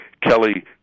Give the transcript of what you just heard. Kelly